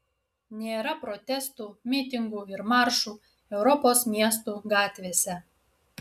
nėra protestų mitingų ir maršų europos miestų gatvėse